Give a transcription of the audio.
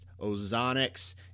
Ozonics